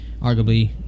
arguably